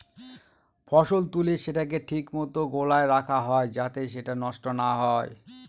ফসল তুলে সেটাকে ঠিক মতো গোলায় রাখা হয় যাতে সেটা নষ্ট না হয়